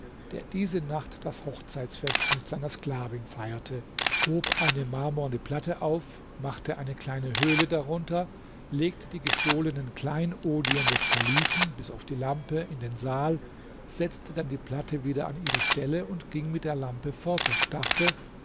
der diese nacht das hochzeitsfest mit seiner sklavin feierte hob eine marmorne platte auf machte eine kleine höhle darunter legte die gestohlenen kleinodien des kalifen bis auf die lampe in den saal setzte dann die platte wieder an ihre stelle und ging mit der lampe fort und dachte